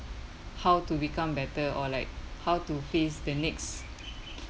how to become better or like how to face the next